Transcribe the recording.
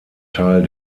teil